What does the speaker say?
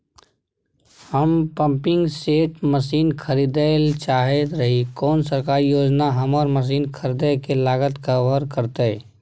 हम pumping set machine खरीदैय ल चाहैत रही कोन सरकारी योजना हमर मसीन खरीदय के लागत कवर करतय?